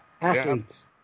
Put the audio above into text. athletes